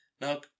Now